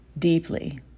deeply